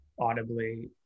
audibly